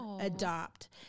adopt